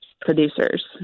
producers